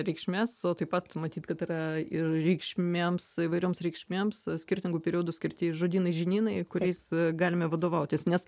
reikšmes o taip pat matyt kad yra ir reikšmėms įvairioms reikšmėms skirtingų periodų skirti žodynai žinynai kuriais galime vadovautis nes